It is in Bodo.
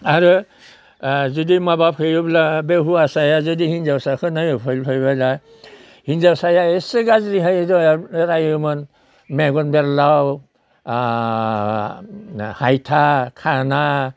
आरो जुदि माबा फैयोब्ला बे हुवासायाव जुदि हिनजावसाखौ नायनो फैब्ला हिनजावसाया एसे गाज्रिहाय रायोमोन मेगन बेरलाव हायथा खाना